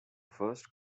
first